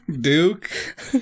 Duke